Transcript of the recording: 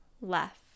left